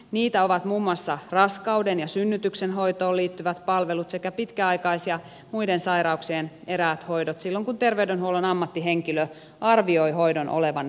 niitä ovat muun muassa raskauden ja synnytyksen hoitoon liittyvät palvelut sekä pitkäaikais ja muiden sairauksien eräät hoidot silloin kun terveydenhuollon ammattihenkilö ar vioi hoidon olevan välttämätöntä